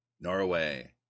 Norway